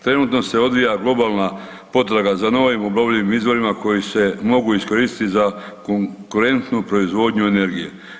Trenutno se odvija globalna potraga za novim obnovljivim izvorima koji se mogu iskoristiti za konkurentnu proizvodnju energije.